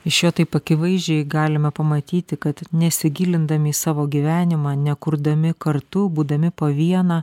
iš jo taip akivaizdžiai galime pamatyti kad nesigilindami į savo gyvenimą nekurdami kartu būdami po vieną